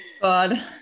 God